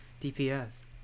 DPS